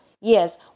Yes